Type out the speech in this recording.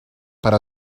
per